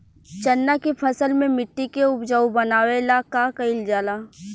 चन्ना के फसल में मिट्टी के उपजाऊ बनावे ला का कइल जाला?